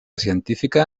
científica